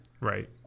right